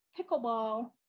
pickleball